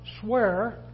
swear